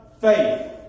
faith